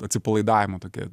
atsipalaidavimo tokia